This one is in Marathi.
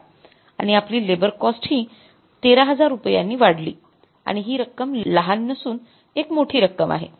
आणि आपली लेबर कॉस्ट हि १३००० रुपयांनी वाढली आणि हि रक्कम लहान नसून एक मोठी रक्कम आहे